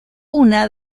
una